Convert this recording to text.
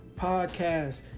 Podcast